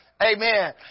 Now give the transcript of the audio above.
Amen